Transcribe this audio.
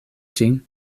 ĝin